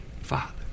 Father